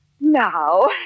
Now